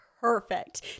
perfect